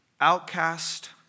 outcast